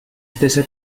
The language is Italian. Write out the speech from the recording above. stesse